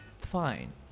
fine